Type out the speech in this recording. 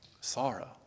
sorrow